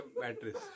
batteries